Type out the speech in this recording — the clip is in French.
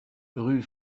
rue